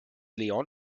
leon